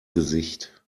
gesicht